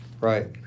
Right